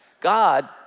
God